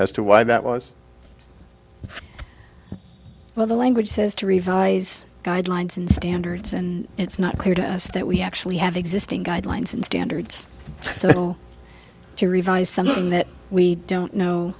as to why that was well the language says to revise guidelines and standards and it's not clear to us that we actually have existing guidelines and standards so to revise something that we don't